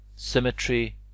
symmetry